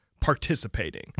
participating